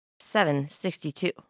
762